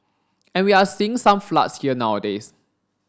and we are seeing some floods here nowadays